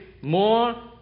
more